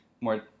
more